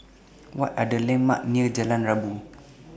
What Are The landmarks near Jalan Rabu